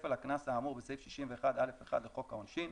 כפל הקנס האמור בסעיף 61(א)(1) לחוק העונשין.